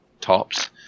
tops